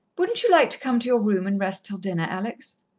wouldn't you like to come to your room and rest till dinner, alex?